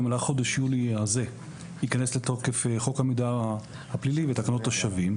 במהלך חודש יולי הזה ייכנס לתוקף חוק המידע הפלילי ותקנות השבים.